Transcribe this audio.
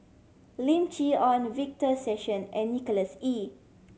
Lim Chee Onn Victor Sassoon and Nicholas Ee